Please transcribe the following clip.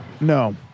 No